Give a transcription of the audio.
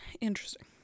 Interesting